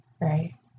Right